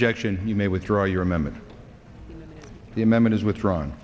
junction you may withdraw you remember the amendment is withdrawn